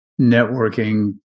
networking